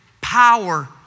power